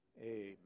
Amen